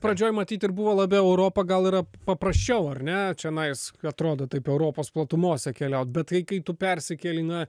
pradžioj matyt ir buvo labiau europa gal yra paprasčiau ar ne čionais atrodo taip europos platumose keliaut bet tai kai tu persikeli na